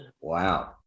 Wow